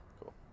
Cool